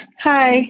Hi